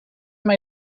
mij